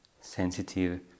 sensitive